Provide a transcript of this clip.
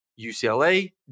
UCLA